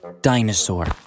dinosaur